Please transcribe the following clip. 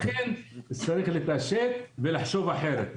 לכן צריך להתעשת ולחשוב אחרת.